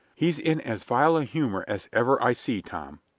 he's in as vile a humor as ever i see, tom,